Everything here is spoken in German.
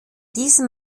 diesen